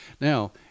Now